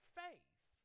faith